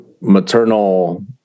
maternal